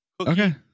Okay